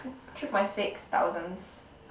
three point six thousands